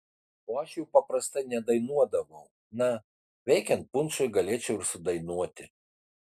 o aš jų paprastai nedainuodavau na veikiant punšui galėčiau ir sudainuoti